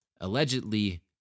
Allegedly